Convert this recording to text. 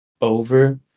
over